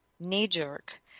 knee-jerk